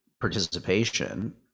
participation